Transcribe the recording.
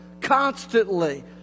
constantly